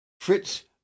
Fritz